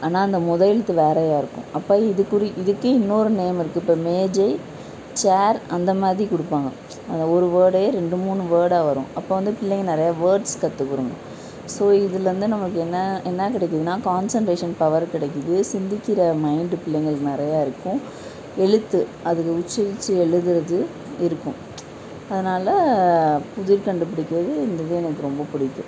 ஆனால் அந்த முத எழுத்து வேறயாக இருக்கும் அப்போ இது குறி இதுக்கு இன்னொரு நேம் இருக்குது இப்போ மேசை சேர் அந்த மாதிரி கொடுப்பாங்க அந்த ஒரு வேர்டே ரெண்டு மூணு வேர்டாக வரும் அப்போ வந்து பிள்ளைங்க நிறையா வேர்ட்ஸ் கற்றுக்கிருங்க ஸோ இதுலேருந்து நமக்கு என்ன என்ன கிடைக்குதுனா கான்செண்ட்ரேஷன் பவர் கிடைக்கிது சிந்திக்கின்ற மைண்டு பிள்ளைங்களுக்கும் நிறையா இருக்கும் எழுத்து அது உச்சரிச்சு எழுதுறது இருக்கும் அதனால் புதிர் கண்டுபிடிக்கிறது இது வந்து எனக்கு ரொம்ப பிடிக்கும்